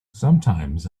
sometimes